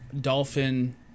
dolphin